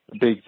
big